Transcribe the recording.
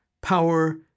power